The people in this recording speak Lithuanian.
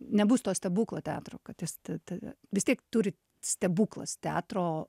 nebus to stebuklo teatro kad jis tave vis tiek turi stebuklas teatro